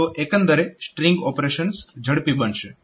તો એકંદરે string operations ઝડપી બનશે